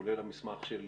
כולל המסמך של